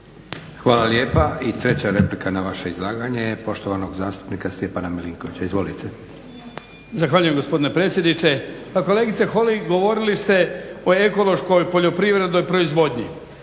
Hvala lijepa. I 3 replika na vaše izlaganje poštovanog zastupnika Stjepana Milinkovića. Izvolite. **Milinković, Stjepan (HDZ)** Zahvaljujem gospodine predsjedniče. Pa kolegice Holy govorili ste o ekološkoj poljoprivrednoj proizvodnji